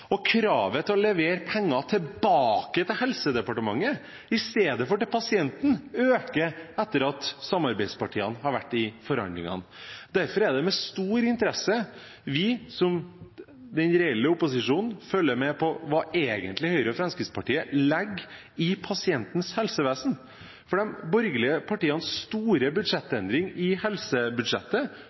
Høyre–Fremskrittsparti-regjeringen. Kravet til å levere penger tilbake til Helsedepartementet i stedet for til pasienten øker etter at samarbeidspartiene har vært i forhandlinger. Derfor er det med stor interesse vi, som den reelle opposisjonen, følger med på hva Høyre og Fremskrittspartiet egentlig legger i pasientens helsevesen, for de borgerlige partienes store budsjettendring i helsebudsjettet,